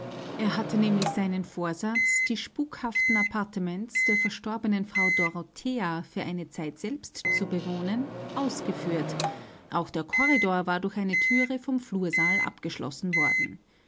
er hatte nämlich seinen vorsatz die spukhaften appartements der verstorbenen frau dorothea für eine zeit selbst zu bewohnen ausgeführt auch der korridor war durch eine thüre vom flursaal abgeschlossen worden